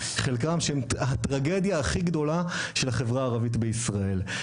חלקם שהם הטרגדיה הכי גדולה של החברה הערבית בישראל,